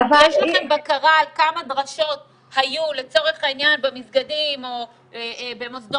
יש לכם בקרה על כמה דרשות היו לצורך העניין במסגדים או במוסדות